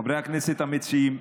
חברי הכנסת המציעים,